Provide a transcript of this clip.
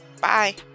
Bye